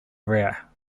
rare